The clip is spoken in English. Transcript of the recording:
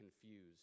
confused